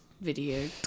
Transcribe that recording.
video